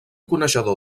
coneixedor